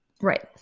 Right